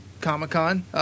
Comic-Con